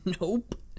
Nope